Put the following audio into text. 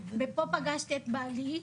פה פגשתי את בעלי,